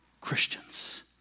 Christians